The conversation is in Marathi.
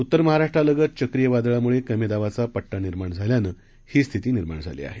उत्तर महाराष्ट्रालगत चक्रीय वादळामुळे कमी दाबाचा पट्टा निर्माण झाल्यानं ही स्थिती निर्माण झाली आहे